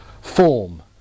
form